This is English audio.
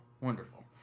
Wonderful